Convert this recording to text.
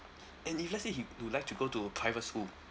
and if let's say he would like to go to private school